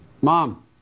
Mom